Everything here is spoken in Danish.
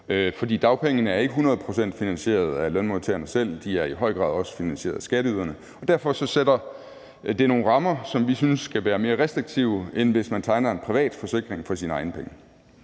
For dagpengene er ikke 100 pct. finansieret af lønmodtagerne selv; de er i høj grad også finansieret af skatteyderne. Derfor sætter det nogle rammer, som vi synes skal være mere restriktive, end hvis man tegner en privat forsikring for sine egne penge.